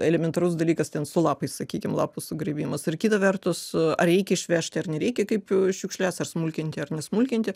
elementarus dalykas ten su lapais sakykim lapų sugrėbimas ir kita vertus ar reikia išvežti ar nereikia kaip šiukšles ar smulkinti ar nesmulkinti